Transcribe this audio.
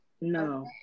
No